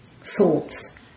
thoughts